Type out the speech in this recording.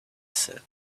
said